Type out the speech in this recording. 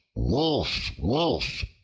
wolf! wolf!